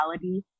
reality